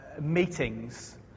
meetings